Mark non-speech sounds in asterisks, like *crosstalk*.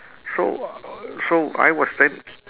so *noise* so I was stand